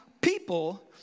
people